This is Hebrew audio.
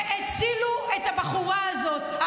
-- הצילו את הבחורה הזאת.